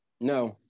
No